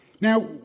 Now